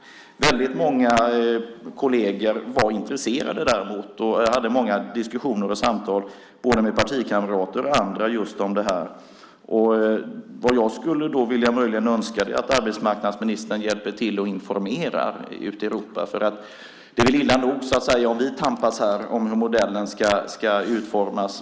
Väldigt många kolleger var däremot intresserade. Jag hade många diskussioner och samtal både med partikamrater och med andra just om det här. Vad jag möjligen skulle önska är att arbetsmarknadsministern hjälper till och informerar ute i Europa. Det är väl illa nog om vi tampas här om hur modellen ska utformas.